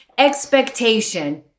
expectation